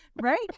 Right